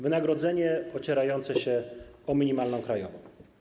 Wynagrodzenie ocierające się o minimalną krajową.